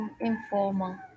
informal